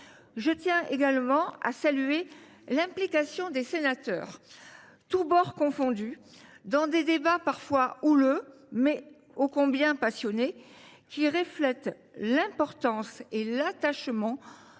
Je tiens également à saluer l’implication des sénateurs, tous bords confondus, dans des débats parfois houleux, mais ô combien passionnés qui reflètent l’importance et l’attachement